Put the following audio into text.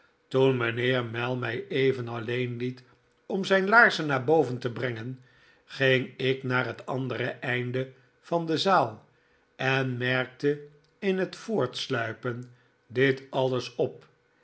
toen mijnheer mell mij even alleen liet om zijn laarzen naar boven te brengen ging ik naar het andere einde van de zaal en merkte in het voortsluipen dit alles op